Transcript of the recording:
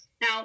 Now